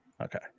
Okay